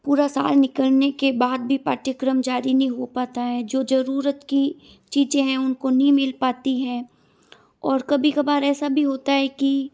पूरा साल निकलने के बाद भी पाठ्यक्रम जारी निहीं हो पता है जो ज़रूरत की चीज़ें हैं उनको नहीं मिल पाती हैं और कभी कभार ऐसा भी होता है कि